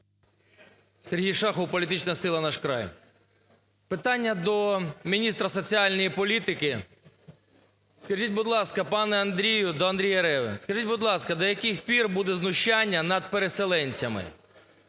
Сергій Шахов, політична сила "Наш край". Питання до міністра соціальної політики. Скажіть, будь ласка, пане Андрію… до Андрія Реви, скажіть, будь ласка, до яких пір буде знущання над переселенцями.